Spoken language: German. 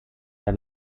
der